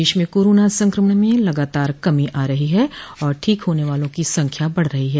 प्रदेश में कोरोना संक्रमण में लगातार कमी आ रही है और ठीक होने वालों की संख्या बढ़ रही है